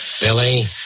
Billy